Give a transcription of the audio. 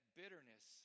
bitterness